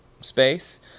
space